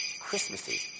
Christmassy